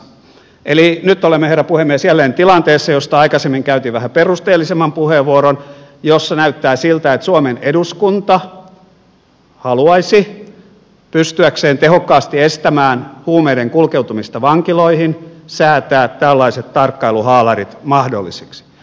eli nyt olemme herra puhemies jälleen tilanteessa josta aikaisemmin käytin vähän perusteellisemman puheenvuoron jossa näyttää siltä että suomen eduskunta haluaisi pystyäkseen tehokkaasti estämään huumeiden kulkeutumista vankiloihin säätää tällaiset tarkkailuhaalarit mahdollisiksi